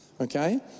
okay